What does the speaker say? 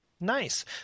Nice